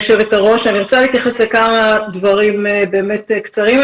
אני רוצה להתייחס לכמה דברים באמת קצרים.